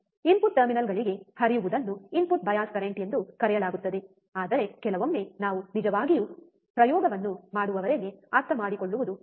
input ಟರ್ಮಿನಲ್ಗಳಿಗೆ ಹರಿಯುವುದನ್ನು input bias current ಎಂದು ಕರೆಯಲಾಗುತ್ತದೆ ಆದರೆ ಕೆಲವೊಮ್ಮೆ ನಾವು ನಿಜವಾಗಿಯೂ ಪ್ರಯೋಗವನ್ನು ಮಾಡುವವರೆಗೆ ಅರ್ಥಮಾಡಿಕೊಳ್ಳುವುದು ಕಷ್ಟ